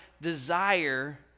desire